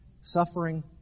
suffering